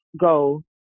go